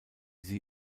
sie